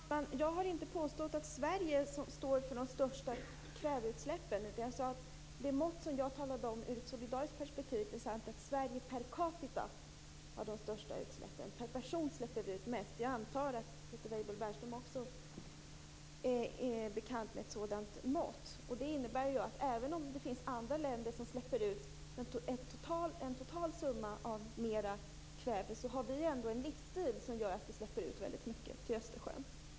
Fru talman! Jag har inte påstått att Sverige står för de största kväveutsläppen, utan jag sade att det mått som jag talade om ur ett solidariskt perspektiv visar att Sverige per capita har de största utsläppen. Per person släpper vi ut mest. Jag antar att Peter Weibull Bernström också är bekant med ett sådant mått. Det innebär att även om det finns andra länder som släpper ut totalt mera kväve, har vi ändå en livsstil som gör att vi släpper ut väldigt mycket till Östersjön.